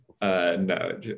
No